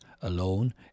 Alone